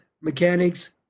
mechanics